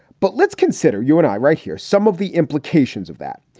but let's consider you and i right here some of the implications of that.